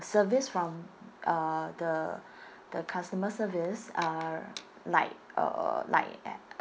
service from uh the the customer service uh like uh like